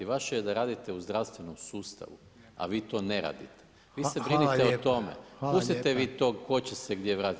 Vaše je da radite u zdravstvenom sustavu, a vi to ne radite [[Upadica Reiner: Hvala lijepo.]] vi se brinite o tome, pustite vi to tko će se gdje vratiti.